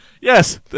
yes